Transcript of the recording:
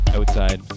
outside